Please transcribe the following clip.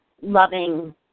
loving